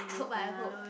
I hope ah I hope